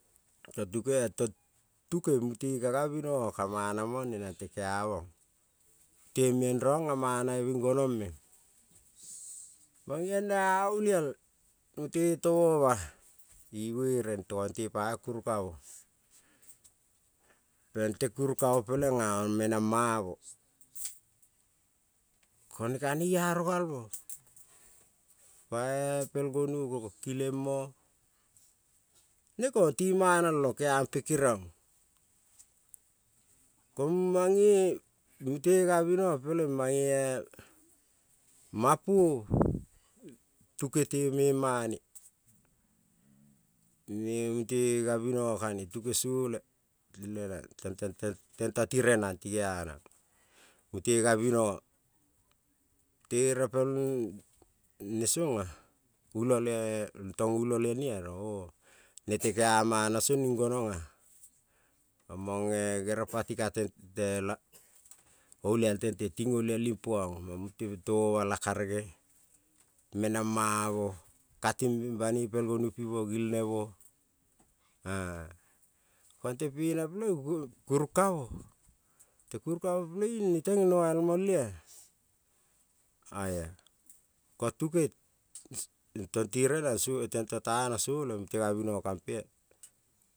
Tong tuke tong tuke mute ka gabinongo ka mana mone nante keamong, temieng rongea manabe bing gonong meng, mangeong na olial mute temoma ibuere tongte poi kurung ramo, tongte kurungkamo pelengea menangmamo, kone ka nearo galmo pai pel gonu ko kilengmo, nekong ti manalong kerampe keniong, koing mange mute gabinongo paleng mange mute mapua tuke te memane, mute gabinongo kane tuke sole lenang tontentoti renang tigeonang, mute gabinongo mute repel nesongea ula le tong ula le nea nete ka mana song ning gonong-a, omonge gerel pati katentelo olial tente ting olial impong na mute temo mala kagere menamamo kating banepel gonu pimo gilnemo, kongte pena pelening kurung kamo te kurung kamo koing noteng noa molea, oia koteke tong tirenang sole tento tanang sole tong mute gabinongo kampea.